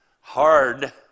hard